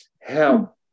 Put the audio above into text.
help